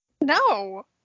No